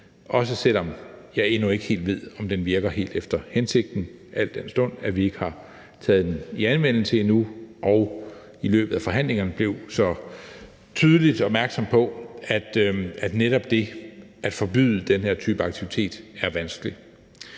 også selv om jeg endnu ikke helt ved, om loven virker helt efter hensigten, al den stund at vi ikke har taget den i anvendelse endnu og i løbet af forhandlingerne blev så tydeligt opmærksom på, at netop det at forbyde den her type aktivitet er vanskeligt.